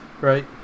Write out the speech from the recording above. right